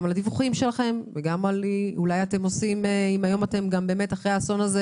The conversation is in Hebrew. גם על הדיווחים שלכם וגם אם אחרי האסון הזה